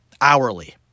Hourly